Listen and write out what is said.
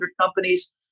companies